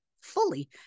fully